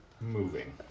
moving